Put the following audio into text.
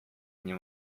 nie